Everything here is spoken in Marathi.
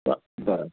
बरं बरं